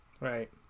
Right